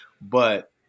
but-